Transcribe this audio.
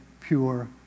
pure